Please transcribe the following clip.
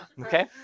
Okay